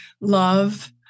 love